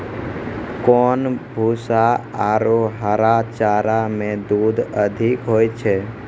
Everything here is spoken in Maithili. कोन भूसा आरु हरा चारा मे दूध अधिक होय छै?